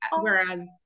whereas